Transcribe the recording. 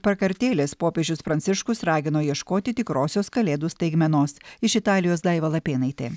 prakartėlės popiežius pranciškus ragino ieškoti tikrosios kalėdų staigmenos iš italijos daiva lapėnaitė